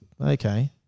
okay